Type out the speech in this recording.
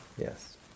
Yes